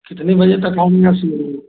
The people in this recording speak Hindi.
कितने बजे तक आउँ मैं आप से मिलने